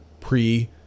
pre